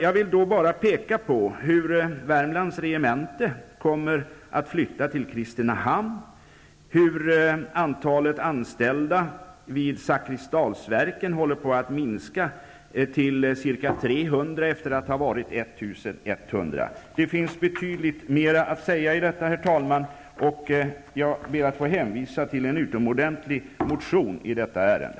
Jag vill då bara peka på att Värmlands regemente kommer att flytta till Kristinehamn och att antalet anställda vid Det finns betydligt mer att säga om detta, herr talman, och jag ber att få hänvisa till en utomordentlig motion i detta ärende.